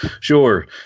sure